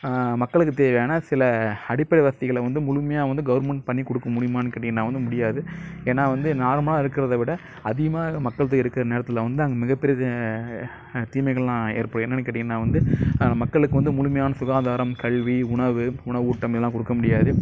மக்களுக்கு தேவையான சில அடிப்படை வசதிகளை வந்து முழுமையாக வந்து கவர்மெண்ட் பண்ணிக்கொடுக்க முடியுமா கேட்டிங்கனால் வந்து முடியாது ஏனால் வந்து நார்மலாக இருக்கிறத விட அதிகமாக மக்கள் தொகை இருக்கிற நிலத்துல வந்து அங்கே மிக பெரிய தீமை தீமைகளெலாம் ஏற்படும் என்னனு கேட்டிங்கன்னால் வந்து மக்களுக்கும் வந்து முழுமையான சுகாதாரம் கல்வி உணவு உணவூட்டம் எல்லாம் கொடுக்க முடியாது